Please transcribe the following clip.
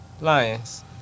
Lions